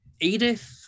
Edith